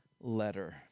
letter